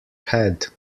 head